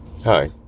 Hi